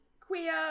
queer